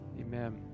amen